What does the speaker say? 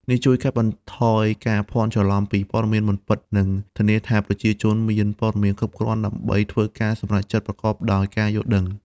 នេះជួយកាត់បន្ថយការភ័ន្តច្រឡំពីព័ត៌មានមិនពិត និងធានាថាប្រជាជនមានព័ត៌មានគ្រប់គ្រាន់ដើម្បីធ្វើការសម្រេចចិត្តប្រកបដោយការយល់ដឹង។